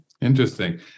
Interesting